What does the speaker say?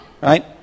Right